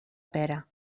pera